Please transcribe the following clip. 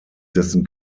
dessen